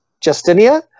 Justinia